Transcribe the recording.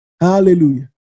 Hallelujah